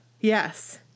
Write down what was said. Yes